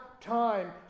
time